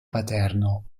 paterno